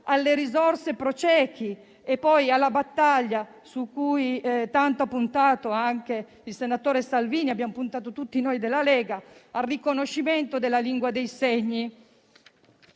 alle risorse *pro* ciechi e alla battaglia, su cui tanto ha puntato il senatore Salvini, insieme a tutti noi della Lega, per il riconoscimento della lingua dei segni.